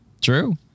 True